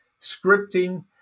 scripting